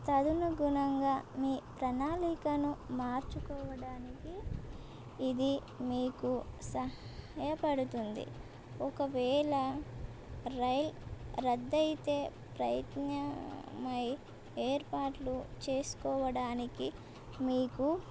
తదనుగుణంగా మీ ప్రణాళికను మార్చుకోవడానికి ఇది మీకు సహాయపడుతుంది ఒకవేళ రైల్ రద్దయితే ప్రత్యామ్నాయ ఏర్పాట్లు చేసుకోవడానికి మీకు